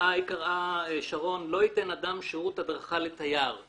קראה שרון "לא ייתן אדם שירות הדרכה לתייר".